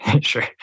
Sure